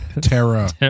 terra